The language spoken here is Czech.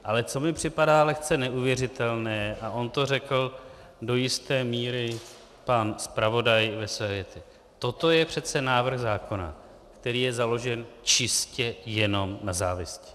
Ale co mi připadá lehce neuvěřitelné, a on to řekl do jisté míry pan zpravodaj ve své větě toto je přece návrh zákona, který je založen čistě jenom na závisti.